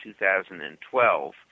2012